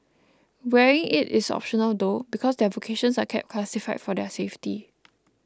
wearing it is optional though because their vocations are kept classified for their safety